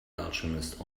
alchemist